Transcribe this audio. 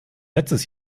letztes